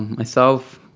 myself,